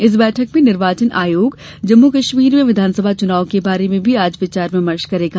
इस बैठक में निर्वाचन आयोग जम्मू कश्मीर में विधानसभा चुनाव के बारे में भी आज विचार विमर्श करेगा